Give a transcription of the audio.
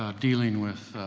ah dealing with, ah,